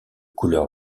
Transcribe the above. couleur